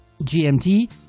GMT